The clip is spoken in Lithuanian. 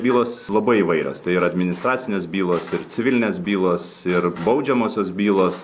bylos labai įvairios tai ir administracinės bylos ir civilinės bylos ir baudžiamosios bylos